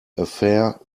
affair